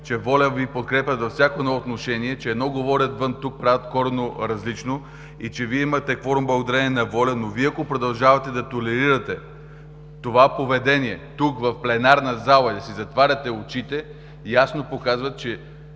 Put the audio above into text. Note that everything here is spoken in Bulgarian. че „Воля“ Ви подкрепят във всяко едно отношение, че едно говорят вън, тук правят коренно различно, и че Вие имате кворум благодарение на „Воля“. Но ако Вие продължавате да толерирате това поведение тук, в пленарната зала, и да си затваряте очите, ясно показва, че